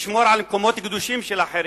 לשמור על מקומות קדושים של אחרים,